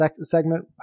segment